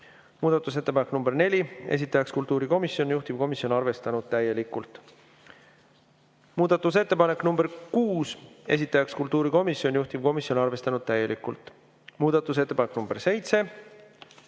Muudatusettepanek nr [5], esitaja kultuurikomisjon, juhtivkomisjon on arvestanud täielikult. Muudatusettepanek nr 6, esitaja kultuurikomisjon, juhtivkomisjon on arvestanud täielikult. Muudatusettepanek nr 7,